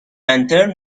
انترن